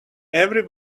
every